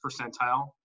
percentile